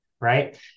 right